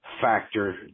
factor